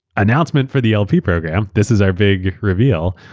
announcement for the lp program. this is our big reveal.